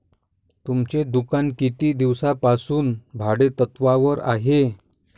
तुमचे दुकान किती दिवसांपासून भाडेतत्त्वावर आहे?